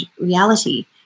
reality